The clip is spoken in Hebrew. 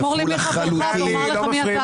אמור לי מי חברך, ואומר לך מי אתה.